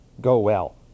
go-well